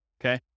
Okay